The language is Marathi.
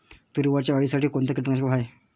तुरीवरच्या अळीसाठी कोनतं कीटकनाशक हाये?